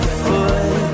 foot